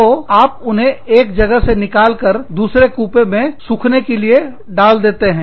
तो आप उन्हें एक जगह से निकाल कर दूसरे कूपे में सूखने के लिए डाल देते हैं